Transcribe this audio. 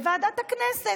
בוועדת הכנסת,